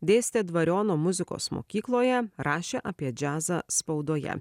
dėstė dvariono muzikos mokykloje rašė apie džiazą spaudoje